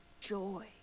Joy